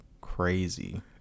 crazy